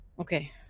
Okay